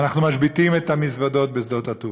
אנחנו משביתים את המזוודות בשדות התעופה,